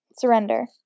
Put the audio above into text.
Surrender